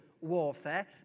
warfare